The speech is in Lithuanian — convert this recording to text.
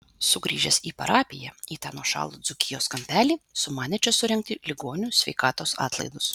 sugrįžęs į parapiją į tą nuošalų dzūkijos kampelį sumanė čia surengti ligonių sveikatos atlaidus